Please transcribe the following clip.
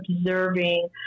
observing